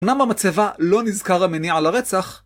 אמנם במצבה לא נזכר המניע לרצח,